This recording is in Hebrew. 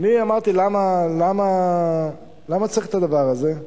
אמרתי: למה צריך את הדבר הזה?